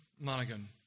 Monaghan